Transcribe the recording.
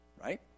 right